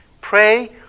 Pray